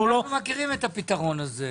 אנחנו מכירים את הפתרון הזה.